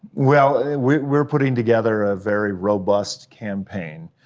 well, we're we're putting together a very robust campaign,